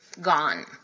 gone